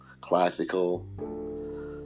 classical